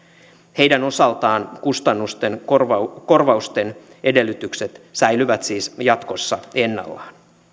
heidän osaltaan kustannusten korvausten edellytykset säilyvät siis jatkossa ennallaan